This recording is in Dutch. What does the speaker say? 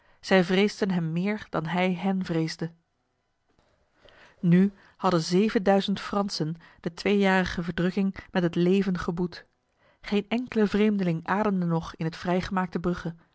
zij vreesden hem meer dan hij hen vreesde nu hadden zevenduizend fransen de tweejarige verdrukking met het leven geboet geen enkele vreemdeling ademde nog in het vrijgemaakte brugge